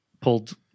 pulled